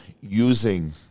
using